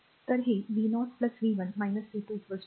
तर हे v0 v 1 v 2 0